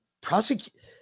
prosecute